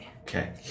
Okay